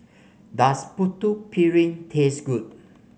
does Putu Piring taste good